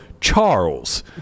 Charles